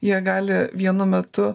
jie gali vienu metu